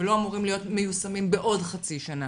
ולא אמורים להיות מיושמים בעוד חצי שנה.